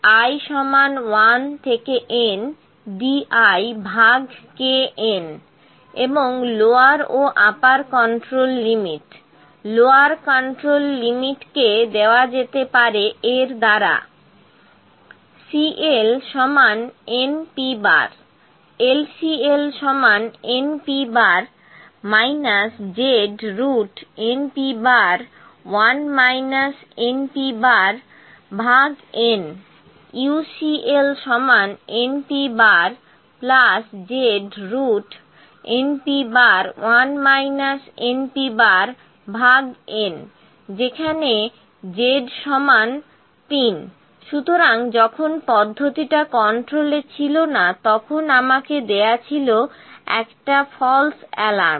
p i1nDikn এবং lower ও upper কন্ট্রোলে লিমিট লোয়ার কন্ট্রোলে লিমিটকে দেয়া যেতে পারে এর দ্বারা CL np LCL np znpN UCL npznpN যেখানে z 3 সুতরাং যখন পদ্ধতিটা কন্ট্রোলে ছিল না তখন আমাকে দেয়া ছিল একটা ফলস এলার্ম